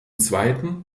zweiten